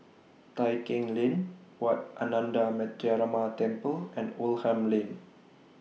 Tai Keng Lane Wat Ananda Metyarama Temple and Oldham Lane